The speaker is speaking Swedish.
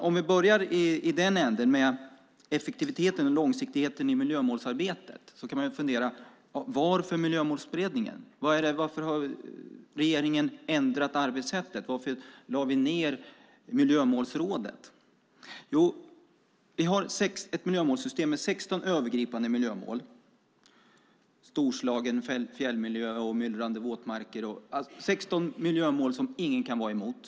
Om jag börjar med effektiviteten och långsiktigheten i miljömålsarbetet kan man fundera: Varför Miljömålsberedningen? Varför har regeringen ändrat arbetssättet? Varför lade vi ned Miljömålsrådet? Jo, vi har ett miljömålssystem med 16 övergripande miljömål - Storslagen fjällmiljö, Myllrande våtmarker med mera - som ingen kan vara emot.